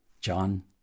John